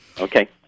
Okay